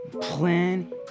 plan